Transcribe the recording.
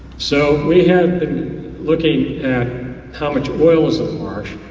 so we have been looking at how much oil was in the marsh.